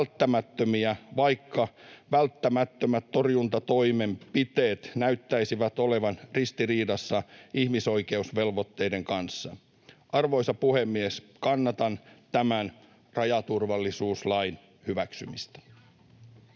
vaikka välttämättömät torjuntatoimenpiteet näyttäisivät olevan ristiriidassa ihmisoikeusvelvoitteiden kanssa. Arvoisa puhemies! Kannatan tämän rajaturvallisuuslain hyväksymistä.